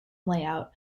layout